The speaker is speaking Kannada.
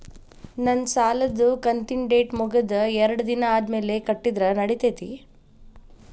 ನನ್ನ ಸಾಲದು ಕಂತಿನ ಡೇಟ್ ಮುಗಿದ ಎರಡು ದಿನ ಆದ್ಮೇಲೆ ಕಟ್ಟಿದರ ನಡಿತೈತಿ?